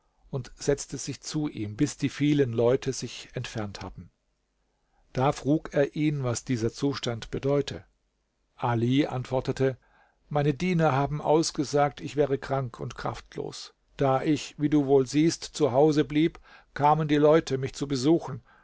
und setzte sich zu ihm bis die vielen leute sich entfernt hatten da frug er ihn was dieser zustand bedeute ali antwortete meine diener haben ausgesagt ich wäre krank und kraftlos da ich wie du wohl siehst zu hause blieb kamen die leute mich zu besuchen